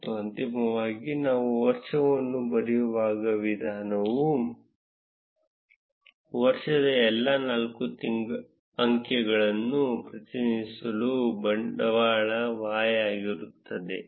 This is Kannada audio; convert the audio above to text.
ಮತ್ತು ಅಂತಿಮವಾಗಿ ನಾವು ವರ್ಷವನ್ನು ಬರೆಯುವ ವಿಧಾನವು ವರ್ಷದ ಎಲ್ಲಾ ನಾಲ್ಕು ಅಂಕೆಗಳನ್ನು ಪ್ರತಿನಿಧಿಸುವ ಬಂಡವಾಳ Y ಆಗಿರುತ್ತದೆ